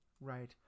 Right